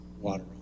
water